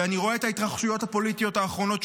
ואני רואה את ההתרחשויות הפוליטיות האחרונות,